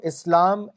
Islam